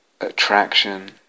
attraction